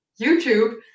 YouTube